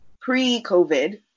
pre-COVID